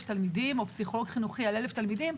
תלמידים או פסיכולוג חינוכי על אלף תלמידים,